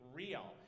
real